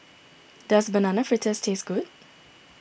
does Banana Fritters taste good